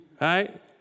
right